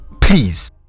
Please